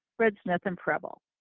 red smith, and preble.